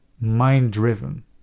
mind-driven